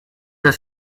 the